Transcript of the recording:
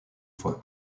fois